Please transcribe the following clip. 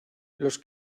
los